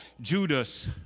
judas